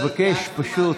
אני מבקש, פשוט.